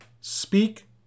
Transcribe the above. speak